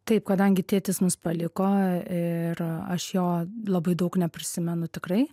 taip kadangi tėtis mus paliko ir aš jo labai daug neprisimenu tikrai